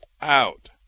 out